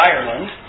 Ireland